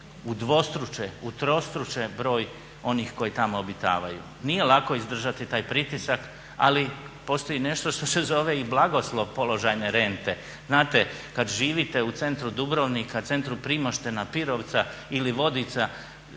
udvostruče, utrostruče broj onih koji tamo obitavaju, nije lako izdržati taj pritisak ali postoji nešto što se zove i blagoslov položajne rente. Znate kad živite u centru Dubrovnika, centru Primoštena, Pirovca ili Vodica